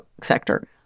sector